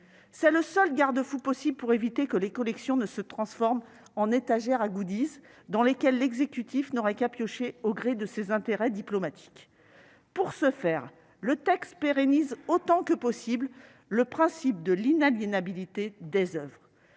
C'est le seul garde-fou possible pour éviter que les collections ne se transforment en « étagères à », dans lesquelles l'exécutif n'aurait qu'à piocher au gré de ses intérêts diplomatiques. Pour ce faire, le texte pérennise autant que possible le principe de l'inaliénabilité des oeuvres.